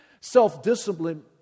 Self-discipline